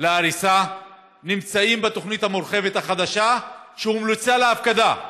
להריסה נמצאים בתוכנית המורחבת החדשה שהומלצה להפקדה,